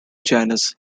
janus